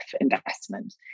investment